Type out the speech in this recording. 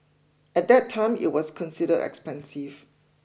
at that time it was considered expensive